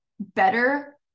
better